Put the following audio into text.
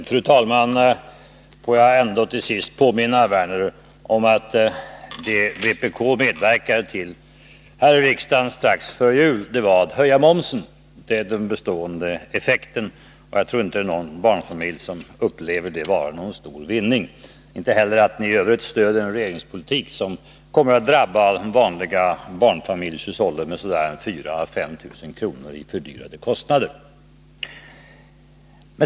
Fru talman! Får jag till sist påminna Lars Werner om att det vpk medverkade till här i riksdagen strax före jul var att höja momsen. Det är den bestående effekten. Jag tror inte någon barnfamilj upplever detta såsom varande någon stor vinning — inte heller att ni i övrigt stödjer en regeringspolitik som kommer att drabba de vanliga barnfamiljshushållen med 4 000 å 5 000 kr. i ökade kostnader.